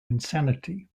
insanity